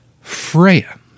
Freya